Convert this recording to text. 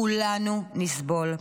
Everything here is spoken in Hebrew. כולנו נסבול.